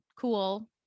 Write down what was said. cool